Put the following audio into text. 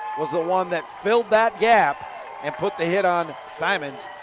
was the one that filled that gap and put the hit on simons.